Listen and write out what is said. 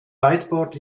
whiteboard